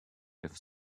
with